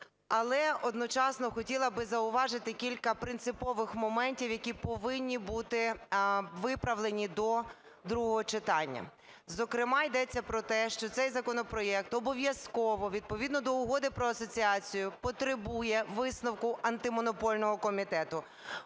Але одночасно хотіла б зауважити кілька принципових моментів, які повинні бути виправлені до другого читання. Зокрема, йдеться про те, що цей законопроект обов'язково відповідно до Угоди про асоціацію потребує висновку Антимонопольного комітету,